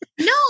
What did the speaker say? No